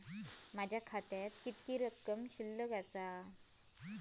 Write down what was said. माझ्या खात्यात किती रक्कम शिल्लक आसा?